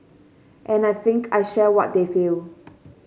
and I think I share what they feel